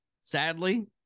sadly